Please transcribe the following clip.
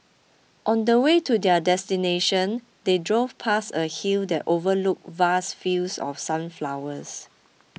on the way to their destination they drove past a hill that overlooked vast fields of sunflowers